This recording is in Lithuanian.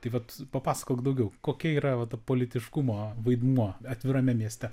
tai vat papasakok daugiau kokia yra va ta politiškumo vaidmuo atvirame mieste